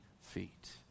feet